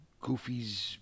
goofy's